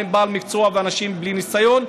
הוא בא עם בעל מקצוע ואנשים בלי ניסיון,